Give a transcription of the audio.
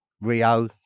Rio